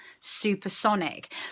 supersonic